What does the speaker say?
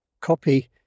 copy